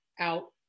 out